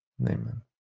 Amen